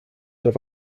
have